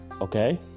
Okay